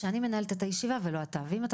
שאני מנהלת את הישיבה ולא אתה ואם אתה